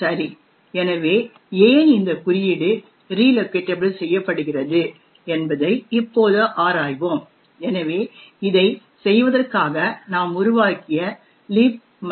சரி எனவே ஏன் இந்த குறியீடு ரிலோகேட்டபிள் செய்யப்படுகிறது என்பதை இப்போது ஆராய்வோம் எனவே இதைச் செய்வதற்காக நாம் உருவாக்கிய libmylib